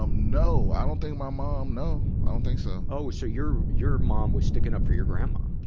um no. i don't think my mom, no, i don't think so. oh, so your, your mom was sticking up for your grandma.